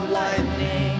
lightning